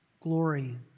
glory